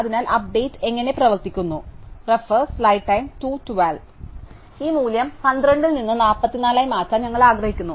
അതിനാൽ അപ്ഡേറ്റ് എങ്ങനെ പ്രവർത്തിക്കുന്നു ഈ മൂല്യം 12 ൽ നിന്ന് 44 ആയി മാറ്റാൻ ഞങ്ങൾ ആഗ്രഹിക്കുന്നു